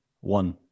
One